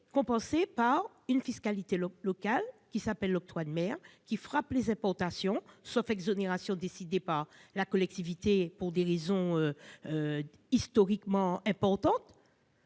compensé par une fiscalité locale, l'octroi de mer, qui frappe les importations, sauf exonérations décidées par la collectivité pour des raisons historiquement importantes.